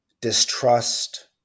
distrust